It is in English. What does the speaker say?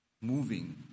moving